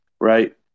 Right